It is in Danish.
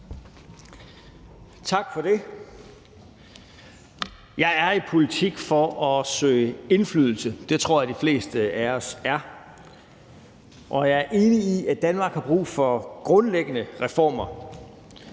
Tak for det. Jeg er i politik for at søge indflydelse – det tror jeg at de fleste af os er – og jeg er enig i, at Danmark har brug for grundlæggende reformer.